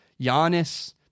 Giannis